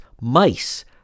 mice